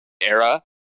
era